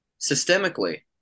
systemically